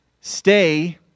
Stay